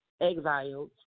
exiled